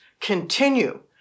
continue